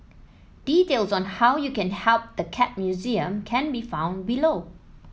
details on how you can help the Cat Museum can be found below